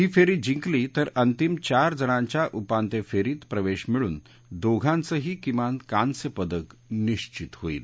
ही फेरी जिंकली तर अंतिम चार जणांच्या उपांत्य फेरीत प्रवेश मिळून दोघांचही किमान कांस्य पदक निश्वित होईल